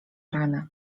ranę